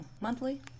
monthly